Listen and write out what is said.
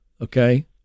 okay